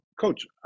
Coach